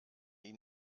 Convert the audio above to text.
ihn